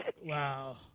Wow